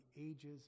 ages